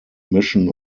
mission